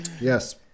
Yes